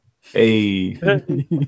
Hey